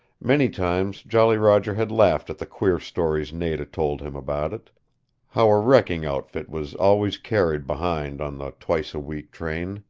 many times jolly roger had laughed at the queer stories nada told him about it how a wrecking outfit was always carried behind on the twice-a-week train,